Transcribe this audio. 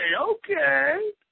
Okay